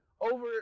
over